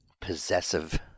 possessive